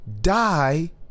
die